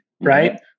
right